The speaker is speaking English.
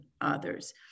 others